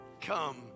come